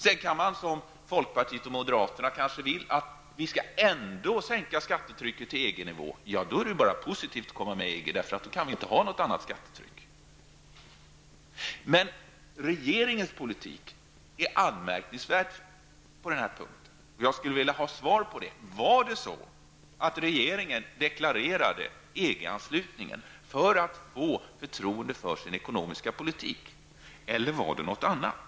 Sedan kan man, som folkpartiet och moderaterna kanske vill, ändå sänka skattetrycket till EG-nivå. I så fall är det bara positivt att komma med i EG, eftersom vi då inte kan ha något annat skattetryck. Men regeringens politik är anmärkningsvärd på den här punkten. Jag skulle vilja ha svar på frågan: Var det så att regeringen deklarerade beslutet om EG-anslutningen för att få förtroende för sin ekonomiska politik, eller var skälet ett annat?